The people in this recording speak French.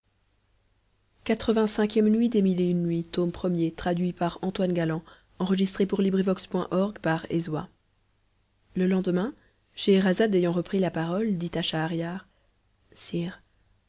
le lendemain scheherazade ayant repris la parole